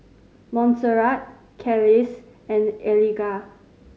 Monserrat Kelis and Eliga